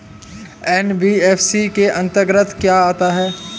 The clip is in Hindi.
एन.बी.एफ.सी के अंतर्गत क्या आता है?